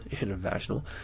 international